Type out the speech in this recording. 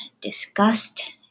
disgust